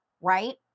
right